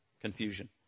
confusion